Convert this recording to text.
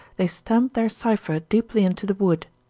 they stamp their cipher deeply into the wood.